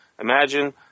Imagine